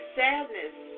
sadness